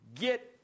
get